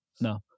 no